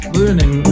learning